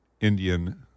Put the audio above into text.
Indian